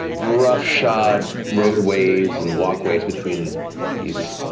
roughshod roadways and walkways between these